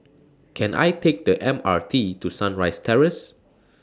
Can I Take The M R T to Sunrise Terrace